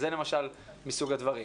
זה למשל מסוג הדברים.